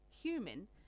human